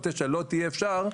או 2029 לא יהיה אפשר,